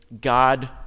God